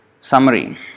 Summary